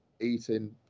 eating